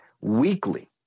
weekly